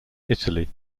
italy